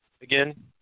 again